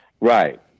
Right